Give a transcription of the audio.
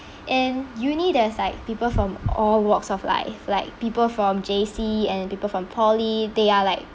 and uni there's like people from all walks of life like people from J_C and people from poly they are like